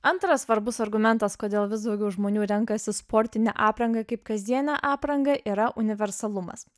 antras svarbus argumentas kodėl vis daugiau žmonių renkasi sportinę aprangą kaip kasdienę aprangą yra universalumas